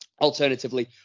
alternatively